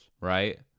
right